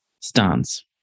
stance